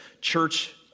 church